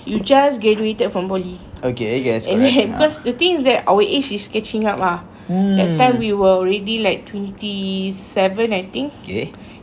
you just graduated from poly because the things that our age is catching up ah that time we were already like twenty seven I think